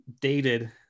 dated